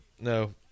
no